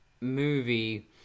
movie